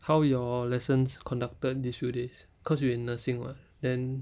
how your lessons conducted this few days cause you in nursing [what] then